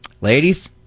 Ladies